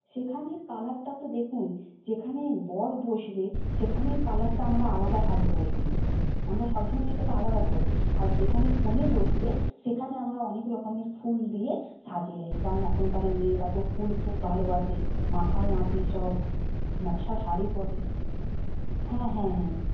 সেখানের কালারটা তো দেখুন যেখানে বর বসবে সেখানের কালারটা আমরা আলাদাভাবে করে দিই আমরা সবসময় সেটাকে আলাদা করি আর যেখানে কনে বসবে সেখানে আমরা অনেক রকমের ফুল দিয়ে সাজিয়ে রাখি কারণ এখনকার মেয়েরা তো ফুল খুব ভালোবাসে মাথায় আঁটে সব নকশা শাড়ি পরে হ্যাঁ হ্যাঁ হ্যাঁ